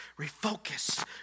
refocus